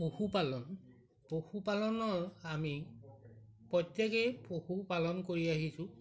পশুপালন পশুপালনৰ আমি প্ৰত্যেকেই পশুপালন কৰি আহিছোঁ